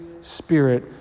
Spirit